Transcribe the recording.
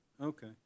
okay